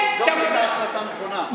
זו הייתה החלטה נכונה.